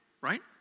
right